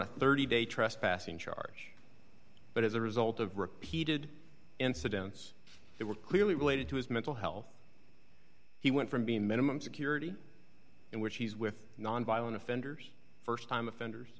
a thirty day trespassing charge but as a result of repeated incidents that were clearly related to his mental health he went from being minimum security in which he's with nonviolent offenders st time offenders